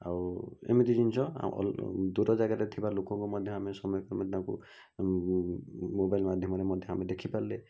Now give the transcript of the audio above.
ଆଉ ଏମିତି ଜିନିଷ ଦୂର ଜାଗାରେ ଥିବା ଲୋକଙ୍କୁ ମଧ୍ୟ ଆମେ ସମୟେ ସମୟେ ତାଙ୍କୁ ଉଁ ମୋବାଇଲ୍ ମାଧ୍ୟମରେ ମଧ୍ୟ ଆମେ ତାଙ୍କୁ ଦେଖିପାରିଲେ